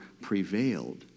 prevailed